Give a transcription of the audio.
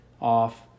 off